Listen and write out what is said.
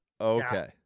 Okay